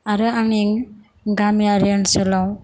आरो आंनि गामियारि ओनसोलाव